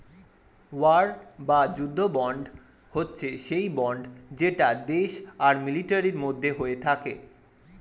war বা যুদ্ধ bond হচ্ছে সেই বন্ড যেটা দেশ আর মিলিটারির মধ্যে হয়ে থাকে